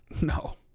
no